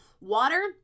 Water